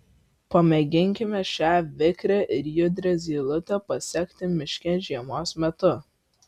pamėginkime šią vikrią ir judrią zylutę pasekti miške žiemos metu